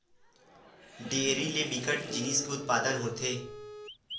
dairy ले बिकट जिनिस के उत्पादन होथे